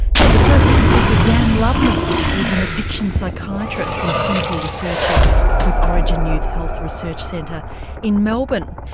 and associate professor dan lubman is an addiction psychiatrist and clinical researcher with orygen youth health research centre in melbourne.